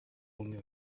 үүний